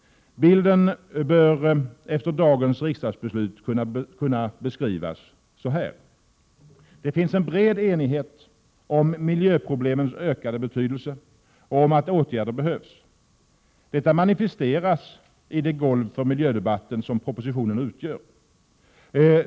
Bilden bör efter dagens riksdagsbeslut kunna beskrivas så här: Det finns en bred enighet om miljöproblemens ökande betydelse och om att åtgärder behövs. Detta manifesteras i det ”golv” för miljödebatten som propositionen utgör.